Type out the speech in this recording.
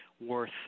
worth